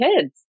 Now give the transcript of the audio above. kids